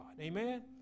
Amen